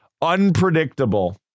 Unpredictable